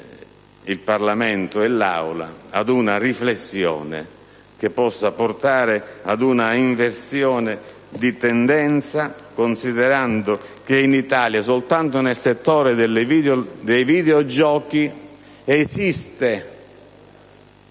il Parlamento e l'Aula ad una riflessione che possa portare ad una inversione di tendenza, considerando che in Italia soltanto nel settore dei videogiochi esiste